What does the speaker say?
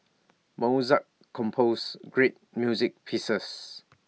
Mozart composed great music pieces